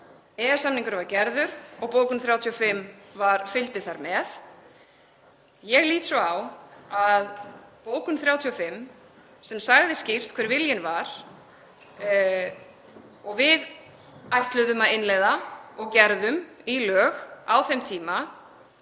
EES-samningurinn var gerður og bókun 35 fylgdi þar með. Ég lít svo á að bókun 35, sem sagði skýrt hver viljinn væri og við ætluðum að innleiða í lög og gerðum það á þeim tíma,